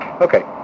okay